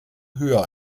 höher